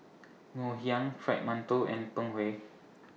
Ngoh Hiang Fried mantou and Png Kueh